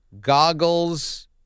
goggles